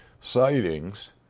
sightings